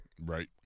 Right